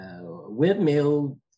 Windmill